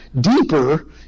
deeper